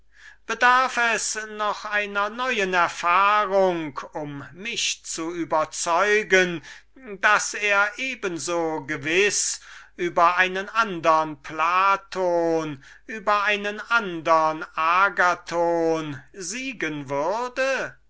habe ich noch der erfahrung vonnöten um zu wissen daß er eben so gewiß über einen andern plato und über einen andern agathon siegen würde